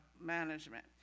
management